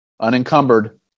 Unencumbered